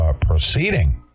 proceeding